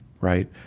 right